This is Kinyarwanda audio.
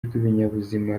rw’ibinyabuzima